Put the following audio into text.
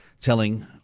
telling